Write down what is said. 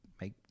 make